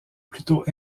plutôt